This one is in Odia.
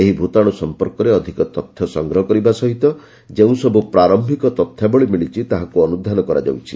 ଏହି ଭୂତାଣୁ ସଂପର୍କରେ ଅଧିକ ତଥ୍ୟ ସଂଗ୍ରହ କରିବା ସହିତ ଯେଉଁସବୁ ପ୍ରାରମ୍ଭିକ ତଥ୍ୟାବଳି ମିଳିଛି ତାକୁ ଅନୁଧ୍ୟାନ କରାଯାଉଛି